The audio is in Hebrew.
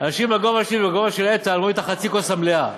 אנשים בגובה שלי ובגובה של איתן רואים את חצי הכוס המלאה.